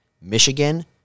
Michigan